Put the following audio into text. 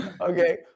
Okay